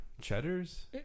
Cheddar's